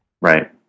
Right